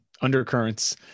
undercurrents